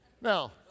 Now